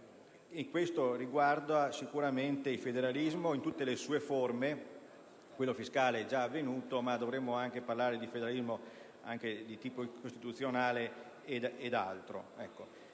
Ciò riguarda sicuramente il federalismo in tutte le sue forme, da quello fiscale, già approvato, ma dovremo parlare anche di federalismo di tipo costituzionale ed altro.